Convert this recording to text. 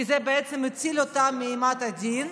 כי זה בעצם מציל אותם מאימת הדין,